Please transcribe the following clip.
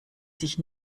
sich